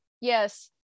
yes